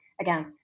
again